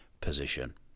position